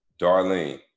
Darlene